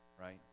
right